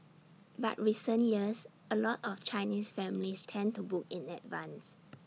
but recent years A lot of Chinese families tend to book in advance